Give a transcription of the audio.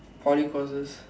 Poly courses